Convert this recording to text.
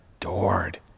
adored